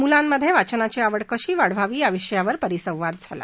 मुलांमध्ये वाचनाची आवड कशी वाढवावी या विषयावर परिसंवाद झाला